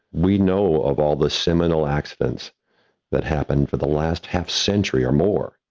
we know of all the seminal accidents that happened for the last half century or more,